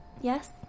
Yes